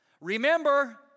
Remember